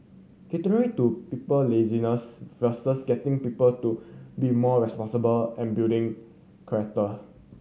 catering to people laziness versus getting people to be more responsible and building character